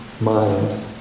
mind